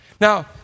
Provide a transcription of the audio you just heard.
Now